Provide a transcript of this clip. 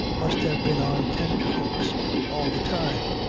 must have been on tenterhooks all the time,